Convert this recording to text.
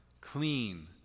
clean